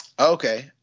Okay